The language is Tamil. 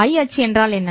I அச்சு என்றால் என்ன